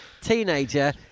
teenager